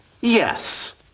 yes